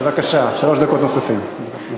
בבקשה, שלוש דקות נוספות.